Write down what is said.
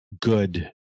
good